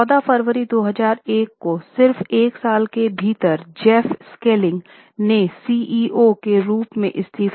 14 अगस्त 2001 को सिर्फ 1 साल के भीतर जेफ स्किलिंग फिर से सीईओ बन गए